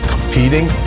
Competing